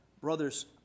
Brothers